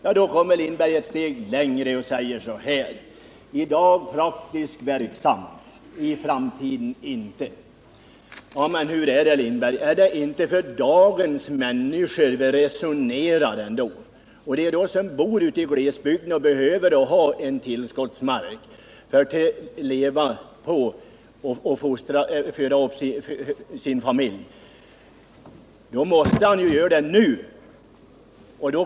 Han går sedan ett steg längre och talar om dem som i dag är praktiskt verksamma men som i framtiden inte kommer att vara det. Men är det ändå inte om dagens människor vi resonerar, Sven Lindberg? Frågan gäller dem som bor i glesbygderna och som behöver en tillskottsmark för att kunna försörja sig och sin familj nu. Den tillskottsmarken måste de ha nu.